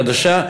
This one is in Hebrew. חדשה.